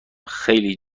خیلی